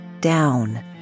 down